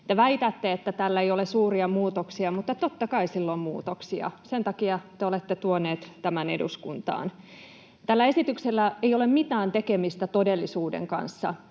väitätte, että tällä ei ole suuria muutoksia, mutta totta kai sillä on muutoksia. Sen takia te olette tuoneet tämän eduskuntaan. Tällä esityksellä ei ole mitään tekemistä todellisuuden kanssa,